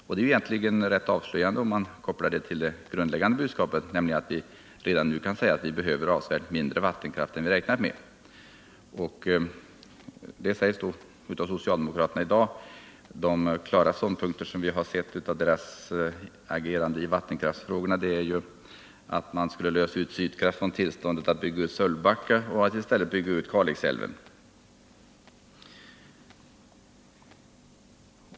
Det är egentligen rätt avslöjande, om man kopplar det till det grundläggande budskapet — nämligen att vi redan nu kan säga att vi behöver avsevärt mindre vattenkraft än vi hade räknat med. De klara ståndpunkter som socialdemokraterna tagit de senaste åren i vattenkraftsfrågan och deras uttalanden i dag innebär ju att man skulle lösa ut Sydkraft när det gäller tillståndet att få bygga ut Sölvbacka och att man i stället bygger ut Kalixälven.